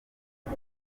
bwo